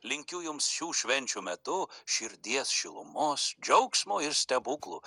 linkiu jums šių švenčių metu širdies šilumos džiaugsmo ir stebuklų